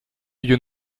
you